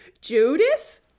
Judith